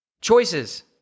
Choices